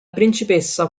principessa